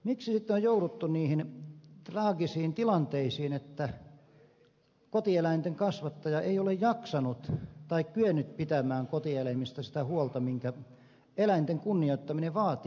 miksi sitten on jouduttu niihin traagisiin tilanteisiin että kotieläinten kasvattaja ei ole jaksanut tai kyennyt pitämään kotieläimistä sitä huolta minkä eläinten kunnioittaminen vaatii